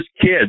kids